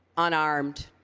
unarmed,